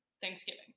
Thanksgiving